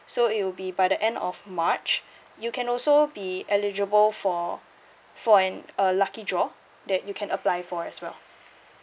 so it'll be by the end of march you can also be eligible for for an uh lucky draw that you can apply for as well